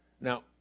Now